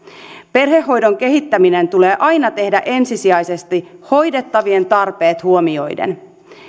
perhehoidon kehittäminen tulee aina tehdä ensisijaisesti hoidettavien tarpeet huomioiden